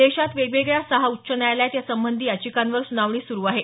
देशात वेगवेगळ्या सहा उच्च न्यायालयात या संबंधी याचिकांवर सुनावणी सुरू आहे